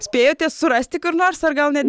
spėjote surasti kur nors ar gal net